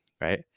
right